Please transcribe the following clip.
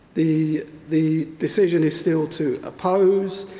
the the decision is still to oppose,